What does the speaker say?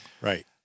Right